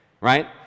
Right